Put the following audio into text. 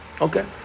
Okay